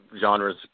genres